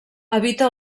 habita